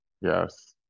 yes